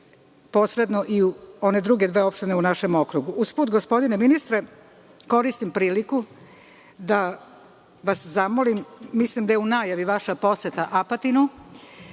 posredno i u one druge dve opštine u našem okrugu. Usput, gospodine ministre, koristim priliku da vas zamolim, mislim da je u najavi vaša poseta Apatinu.